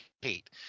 hate